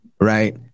right